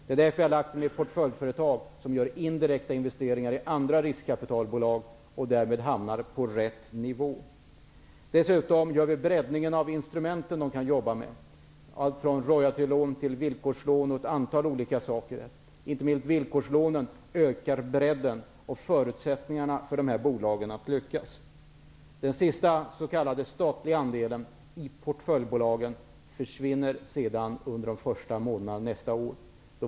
Jag har därför lagt dem i portföljföretag som gör indirekta investeringar i andra riskkapitalbolag och därmed hamnar på rätt nivå. Dessutom breddar vi de instrument man kan arbeta med, allt från royaltylån till vilkorslån och ett antal andra saker. Inte minst villkorslånen ökar bredden och förutsättningarna för dessa bolag att lyckas. Den sista s.k. statliga andelen i portföljbolagen försvinner under de första månaderna nästa år.